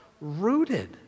rooted